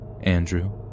Andrew